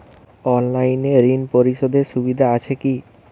অনলাইনে ঋণ পরিশধের সুবিধা আছে কি?